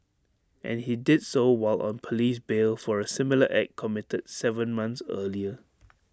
and he did so while on Police bail for A similar act committed Seven months earlier